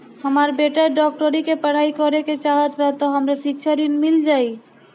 हमर बेटा डाक्टरी के पढ़ाई करेके चाहत बा त हमरा शिक्षा ऋण मिल जाई?